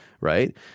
right